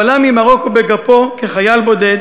הוא עלה ממרוקו בגפו, וכחייל בודד